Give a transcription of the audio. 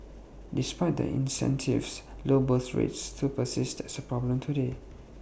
despite the incentives low birth rates still persist as A problem today